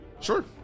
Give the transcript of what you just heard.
Sure